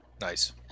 Nice